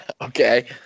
Okay